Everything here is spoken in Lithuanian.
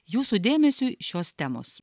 jūsų dėmesiui šios temos